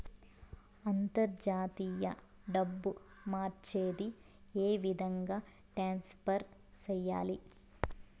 అంతర్జాతీయ డబ్బు మార్చేది? ఏ విధంగా ట్రాన్స్ఫర్ సేయాలి?